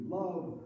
love